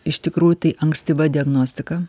iš tikrųjų tai ankstyva diagnostika